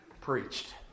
preached